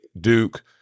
Duke